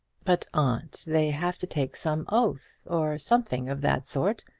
but, aunt they have to take some oath, or something of that sort,